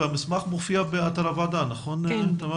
המסמך מופיע באתר הוועדה כן.